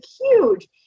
huge